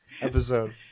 episode